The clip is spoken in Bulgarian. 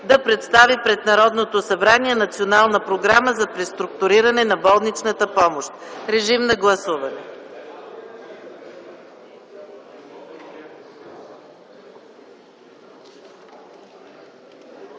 да представи пред Народното събрание Национална програма за преструктуриране на болничната помощ, № 054-02-8,